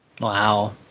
Wow